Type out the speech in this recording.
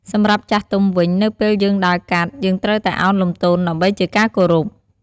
សម្រាប់ចាស់ទុំវិញ នៅពេលយើងដើរកាត់ យើងត្រូវតែឱនលំទោនដើម្បីជាការគោរព។